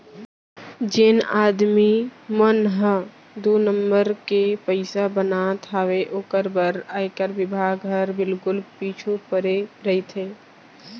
जेन आदमी मन ह दू नंबर के पइसा बनात हावय ओकर बर आयकर बिभाग हर बिल्कुल पीछू परे रइथे